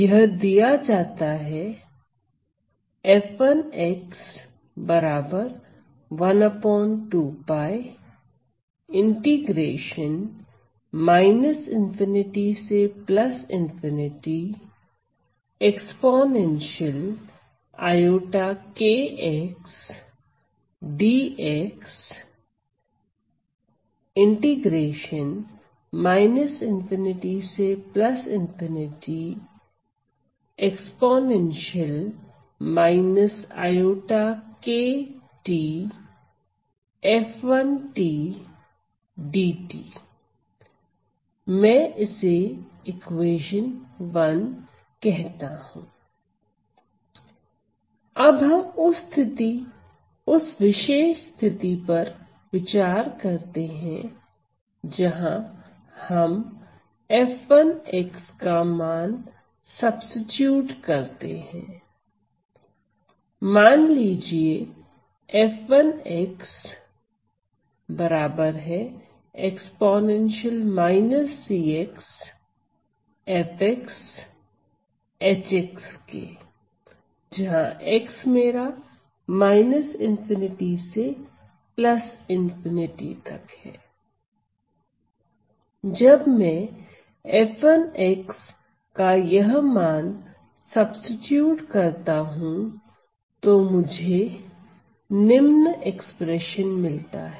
यह दिया जाता है अब हम उस विशेष स्थिति पर विचार करते हैं जहां हम f1 का मान सब्सीट्यूट करते हैं मान लीजिए जब मैं f1 का यह मान सब्सीट्यूट करता हूं तो मुझे निम्न एक्सप्रेशन मिलता हैं